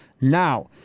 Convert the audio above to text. now